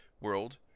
world